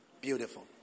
Beautiful